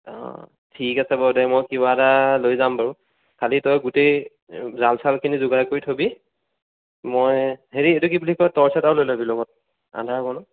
অঁ ঠিক আছে বাৰু দে মই কিবা এটা লৈ যাম বাৰু খালি তই গোটেই জাল ছালখিনি জোগাৰ কৰি থ'বি মই হেৰি এইটো কি বুলি কয় ট'ৰ্চ এটাও লৈ ল'বি লগত আন্ধাৰ হ'ব ন